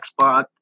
Xbox